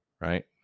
Right